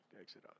Exit